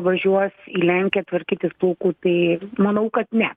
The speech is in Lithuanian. važiuos į lenkiją tvarkytis plaukų tai manau kad ne